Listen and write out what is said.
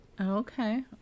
Okay